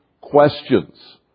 questions